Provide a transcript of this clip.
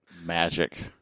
Magic